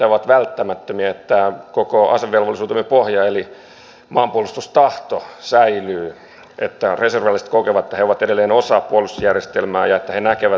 täytyy sanoa että kyllä minä jollakin tavalla tuon edustaja teuvo hakkaraisen sielunmaailman ymmärrän sillä todella paljon tulee yhteydenottoja ihmisiltä